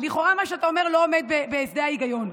לכאורה מה שאתה אומר לא עומד בשדה ההיגיון,